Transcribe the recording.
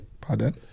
Pardon